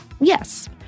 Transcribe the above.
Yes